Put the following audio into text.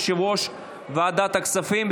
יושב-ראש ועדת הכספים.